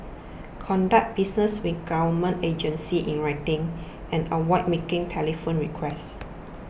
conduct business with government agencies in writing and avoid making telephone requests